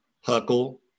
Huckle